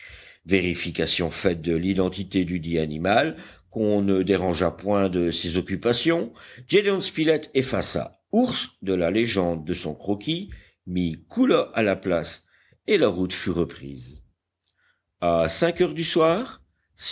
vérification faite de l'identité dudit animal qu'on ne dérangea point de ses occupations gédéon spilett effaça ours de la légende de son croquis mit koula à la place et la route fut reprise à cinq heures du soir